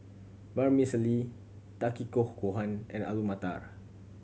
Vermicelli Takikomi Gohan and Alu Matar